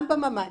גם בממ"ד.